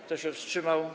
Kto się wstrzymał?